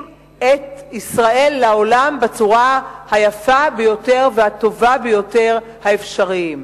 את ישראל לעולם בצורה היפה ביותר והטובה ביותר האפשרית.